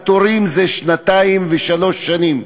התורים הם שנתיים ושלוש שנים.